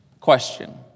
question